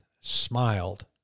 smiled